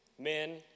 Men